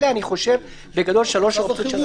אלה בגדול שלוש האופציות שעל השולחן.